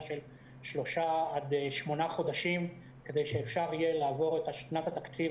של שלושה עד שמונה חודשים כדי שאפשר יהיה לעבור את שנת התקציב